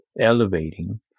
elevating